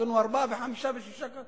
קנו ארבעה וחמישה ושישה,